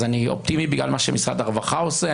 אז אני אופטימי בגלל מה שמשרד הרווחה עושה,